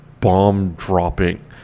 bomb-dropping